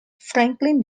franklin